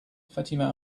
fatima